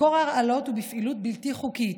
מקור ההרעלות הוא בפעילות בלתי חוקית.